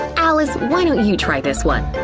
alice, why don't you try this one.